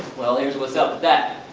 well, here's what's up with that.